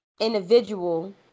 individual